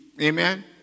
Amen